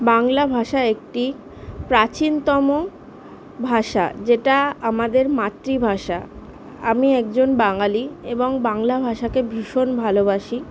বাংলা ভাষা একটি প্রাচীনতম ভাষা যেটা আমাদের মাতৃভাষা আমি একজন বাঙালি এবং বাংলা ভাষাকে ভীষণ ভালোবাসি